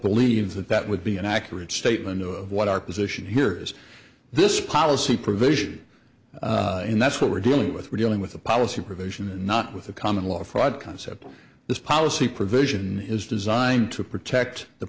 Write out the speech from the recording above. believe that that would be an accurate statement of what our position here is this policy provision and that's what we're dealing with we're dealing with a policy provision and not with the common law fraud concept this policy provision is designed to protect the